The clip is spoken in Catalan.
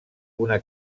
una